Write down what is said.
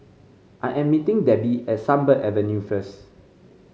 I am meeting Debbi at Sunbird Avenue first